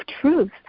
truth